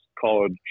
college